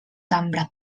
cambra